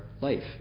life